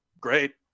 great